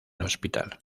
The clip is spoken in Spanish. hospital